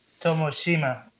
Tomoshima